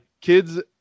Kids –